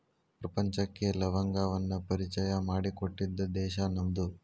ಪ್ರಪಂಚಕ್ಕೆ ಲವಂಗವನ್ನಾ ಪರಿಚಯಾ ಮಾಡಿಕೊಟ್ಟಿದ್ದ ದೇಶಾ ನಮ್ದು